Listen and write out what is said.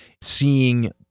Seeing